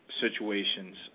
situations